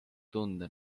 tunde